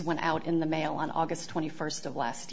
went out in the mail on august twenty first of last